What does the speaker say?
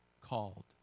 called